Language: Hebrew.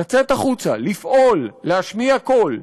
לצאת החוצה, לפעול, להשמיע קול,